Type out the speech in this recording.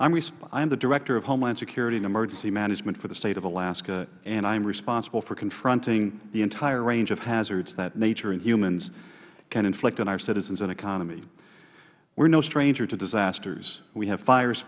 am the director of homeland security and emergency management for the state of alaska i am responsible for confronting the entire range of hazards that nature and humans can inflict on our citizens and economy we are no stranger to disasters we have fires